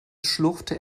schlurfte